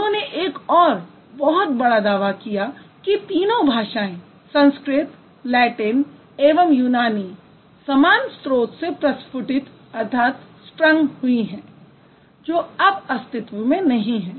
उन्होंने एक और बहुत बड़ा दावा किया कि तीनों भाषाएँ संस्कृत लैटिन एवं यूनानी समान स्त्रोत से प्रस्फुटित हुई हैं जो अब अस्तित्व में नहीं है